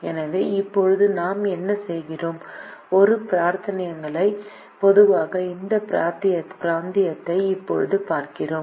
எனவே இப்போது நாம் என்ன செய்கிறோம் இரு பிராந்தியங்களுக்கும் பொதுவான இந்த பிராந்தியத்தை இப்போது பார்க்கிறோம்